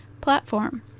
platform